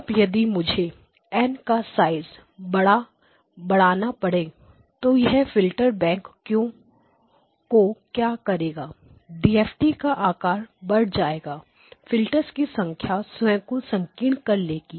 अब यदि मुझे N का साइज बड़ा ना पड़े तो यह फिल्टर बैंक को क्या करेगा डीएफटी का आकार बढ़ जाएगा फिल्टर्स की संख्या स्वयं को संकीर्ण कर लेगी